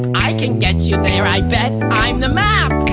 i can get you right back. i'm the map.